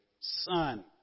son